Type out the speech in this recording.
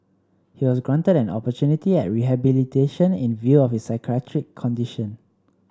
he was granted an opportunity at rehabilitation in view of his psychiatric condition